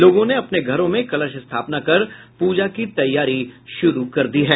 लोगों ने अपने घरों में कलश स्थापना कर पूजा की तैयारी शुरू कर दी है